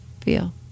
feel